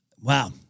Wow